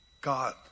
God